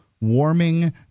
warming